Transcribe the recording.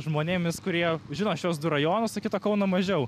žmonėmis kurie žino šiuos du rajonus o kitą kauną mažiau